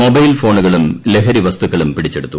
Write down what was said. mobile ഫോണുകളും ലഹ്രി വസ്തുക്കളും പിടിച്ചെടുത്തു